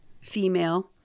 female